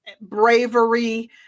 bravery